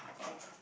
okay